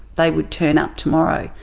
they would turn up tomorrow.